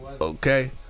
okay